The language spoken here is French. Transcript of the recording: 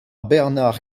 bernard